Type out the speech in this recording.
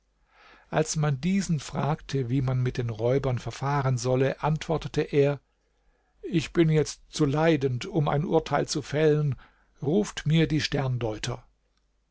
als man diesen fragte wie man mit den räubern verfahren solle antwortete er ich bin jetzt zu leidend um ein urteil zu fällen ruft mir die